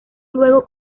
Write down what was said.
luego